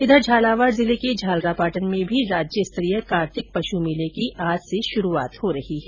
इधर झालावाड जिले के झालरापाटन में भी राज्यस्तरीय कार्तिक पशु मेले की आज से शुरूआत हो रही है